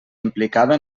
implicada